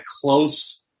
close